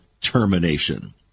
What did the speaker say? termination